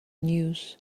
news